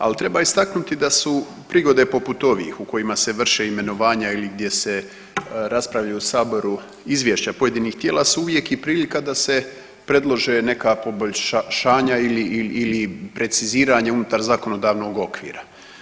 Ali treba istaknuti da su prigode poput ovih u kojima se vrše imenovanja ili gdje se raspravlja u saboru izvješća pojedinih tijela su uvijek i prilika da se predlože neka poboljšanja ili preziranje unutar zakonodavnog okvira.